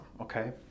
okay